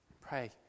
Pray